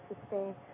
sustain